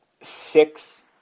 six